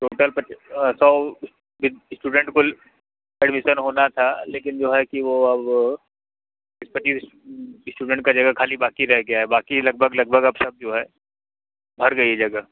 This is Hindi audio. टोटल पच सौ स्टूडेंट कुल एडमिसन होना था लेकिन जो है कि वो अब बीस पच्चीस स्टूडेंट की जगह ख़ाली बाक़ी रह गया है बाक़ी लगभग लगभग अब सब जो है भर गई है जगह